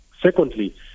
Secondly